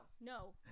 No